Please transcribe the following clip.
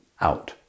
out